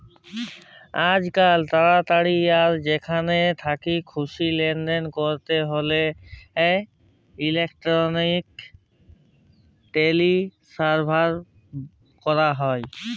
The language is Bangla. আইজকাল তাড়াতাড়ি আর যেখাল থ্যাকে খুশি লেলদেল ক্যরতে হ্যলে ইলেকটরলিক টেনেসফার ক্যরা হয়